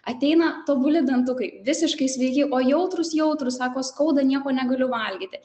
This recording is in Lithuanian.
ateina tobuli dantukai visiškai sveiki o jautrūs jautrūs sako skauda nieko negaliu valgyti